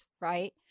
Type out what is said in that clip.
right